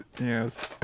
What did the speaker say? Yes